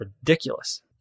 ridiculous